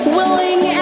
willing